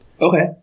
Okay